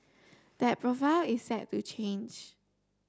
that profile is set to change